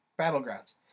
Battlegrounds